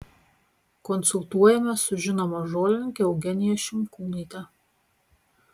konsultuojamės su žinoma žolininke eugenija šimkūnaite